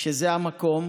שזה המקום